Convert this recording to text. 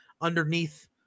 underneath